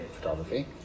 photography